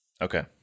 Okay